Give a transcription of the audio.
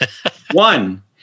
One